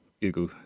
google